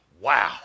wow